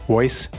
Voice